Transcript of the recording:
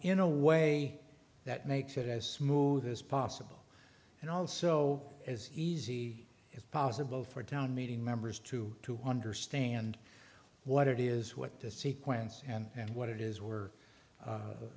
in a way that makes it as smooth as possible and also as easy as possible for a town meeting members to to understand what it is what the sequence and what it is were